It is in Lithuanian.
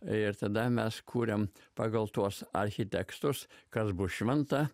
ir tada mes kuriam pagal tuos architekstus kas bus šventa